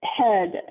head